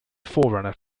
forerunner